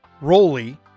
Rolly